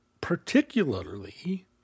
particularly